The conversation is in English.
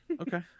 Okay